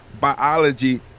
biology